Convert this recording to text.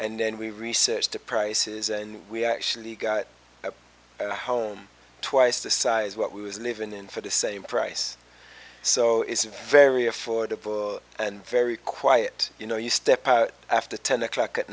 and then we researched the prices and we actually got a home twice the size what we was living in for the same price so it's very affordable and very quiet you know you step out after ten o'clock at